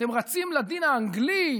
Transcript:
אתם רצים לדין האנגלי,